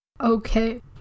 Okay